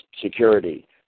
security